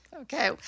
okay